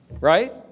right